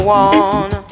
one